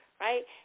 right